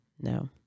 no